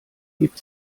hebt